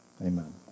Amen